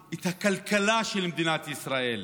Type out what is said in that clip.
את הכלכלה של מדינת ישראל.